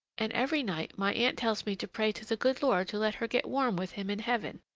and every night my aunt tells me to pray to the good lord to let her get warm with him in heaven.